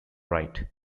right